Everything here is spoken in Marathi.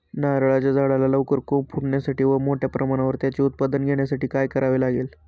नारळाच्या झाडाला लवकर कोंब फुटण्यासाठी व मोठ्या प्रमाणावर त्याचे उत्पादन घेण्यासाठी काय करावे लागेल?